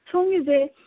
ꯁꯣꯝꯒꯤꯁꯦ